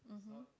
mmhmm